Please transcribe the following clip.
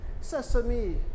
Sesame